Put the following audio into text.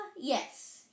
Yes